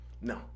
No